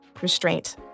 restraint—